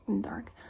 dark